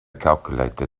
calculator